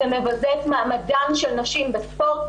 זה מבזה את מעמדן של נשים בספורט.